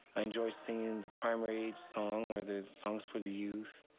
i enjoy singing the primary age song or the songs for the youth.